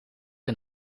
een